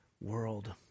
world